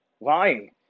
lying